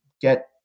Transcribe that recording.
get